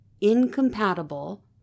incompatible